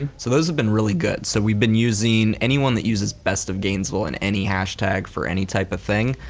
and so those have been really good. so we've bene using, anyone that uses best of gainesville in any hashtag for any type of thing,